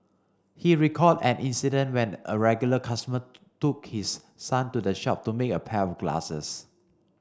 he recalled an incident when a regular customer took his son to the shop to make a pair of glasses